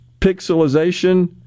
pixelization